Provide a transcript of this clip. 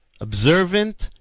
observant